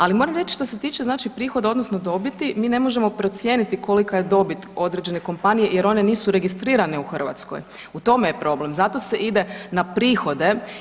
Ali moram reći što se tiče znači prihoda odnosno dobiti mi ne možemo procijeniti kolika je dobit određene kompanije jer one nisu registrirane u Hrvatskoj u tome je problem, zato se ide na prihode.